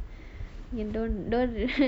you don't don't